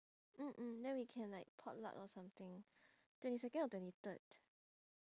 mm mm then we can like potluck or something twenty second or twenty third